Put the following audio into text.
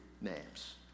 names